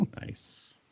Nice